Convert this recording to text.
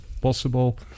possible